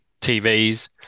TVs